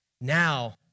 Now